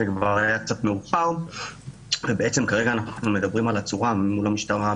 זה היה קצת מאוחר וכרגע אנחנו מדברים על הצורה מול המשטרה,